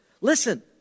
Listen